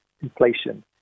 Inflation